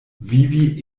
vivi